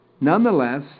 nonetheless